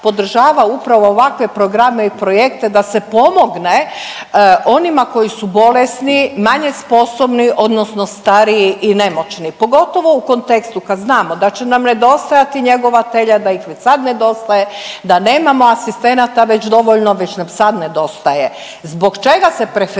upravo ovakve programe i projekte da se pomogne onima koji su bolesni, manje sposobni, odnosno stariji i nemoćni pogotovo u kontekstu kad znamo da će nam nedostajati njegovatelja, da ih već sad nedostaje, da nemamo asistenata već dovoljno već nam sad nedostaje. Zbog čega se preferiraju